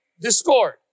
Discord